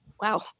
Wow